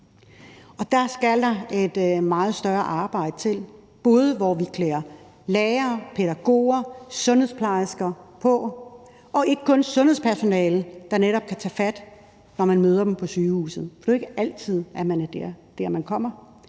Der skal der et meget større arbejde til, hvor vi klæder både lærere, pædagoger og sundhedsplejersker på og ikke kun sundhedspersonale, der netop kan tage fat, når man møder dem på sygehuset, for det er jo ikke altid, at de er der, når man kommer.